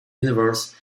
universe